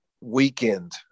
weekend